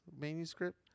manuscript